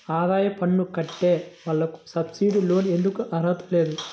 ఆదాయ పన్ను కట్టే వాళ్లకు సబ్సిడీ లోన్ ఎందుకు అర్హత లేదు?